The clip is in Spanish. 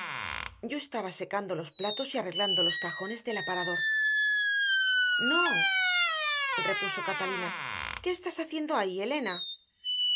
yo estaba secando los platos y arreglando los cajones del aparador no repuso catalina qué estás haciendo ahí elena